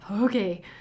okay